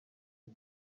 the